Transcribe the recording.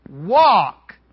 walk